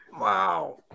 wow